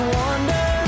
wonder